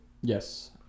Yes